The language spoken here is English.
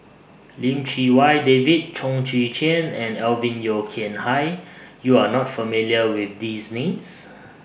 Lim Chee Wai David Chong Tze Chien and Alvin Yeo Khirn Hai YOU Are not familiar with These Names